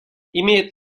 имеет